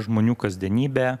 žmonių kasdienybė